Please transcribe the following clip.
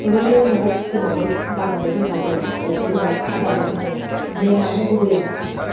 ओरैनो न'वाव फिसिनानै गारनानै दोनबा जाया बेखौ जोङो आदार जहोनांगोन मेनानो गुबैयानो आदार